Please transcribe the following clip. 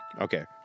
Okay